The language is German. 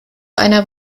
einer